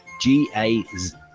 g-a-z